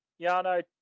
Yano